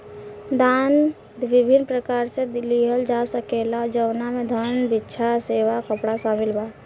दान विभिन्न प्रकार से लिहल जा सकेला जवना में धन, भिक्षा, सेवा, कपड़ा शामिल बा